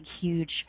huge